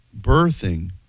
birthing